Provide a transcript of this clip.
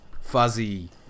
Fuzzy